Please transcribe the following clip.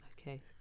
Okay